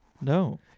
No